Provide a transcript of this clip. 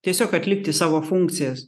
tiesiog atlikti savo funkcijas